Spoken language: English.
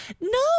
no